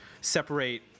separate